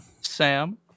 Sam